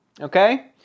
Okay